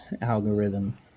algorithm